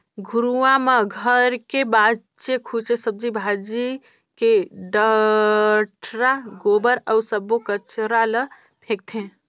घुरूवा म घर के बाचे खुचे सब्जी भाजी के डठरा, गोबर अउ सब्बो कचरा ल फेकथें